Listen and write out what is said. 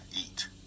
eat